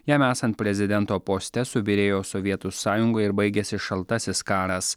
jam esant prezidento poste subyrėjo sovietų sąjunga ir baigėsi šaltasis karas